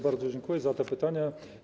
Bardzo dziękuję za te pytania.